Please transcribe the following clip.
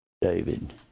David